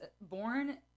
born